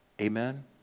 Amen